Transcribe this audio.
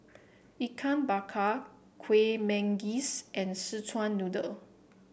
Ikan Bakar Kueh Manggis and Szechuan Noodle